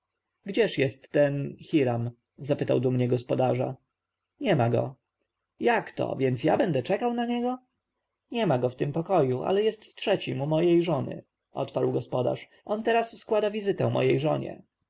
gdzież jest ten hiram zapytał dumnie gospodarza niema go jakto więc ja będę czekał na niego niema go w tym pokoju ale jest w trzecim u mojej żony odparł gospodarz on teraz składa wizytę mojej żonie